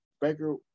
Baker